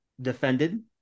defended